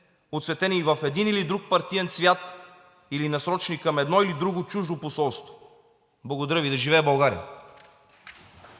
оцветени в един или друг партиен цвят, или насочени към едно или друго чуждо посолство.“ Благодаря Ви. Да живее България!